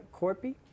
Corpy